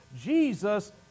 jesus